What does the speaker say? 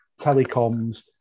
telecoms